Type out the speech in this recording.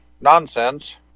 nonsense